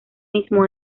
mismo